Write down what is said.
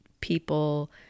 people